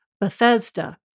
Bethesda